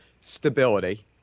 stability